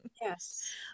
Yes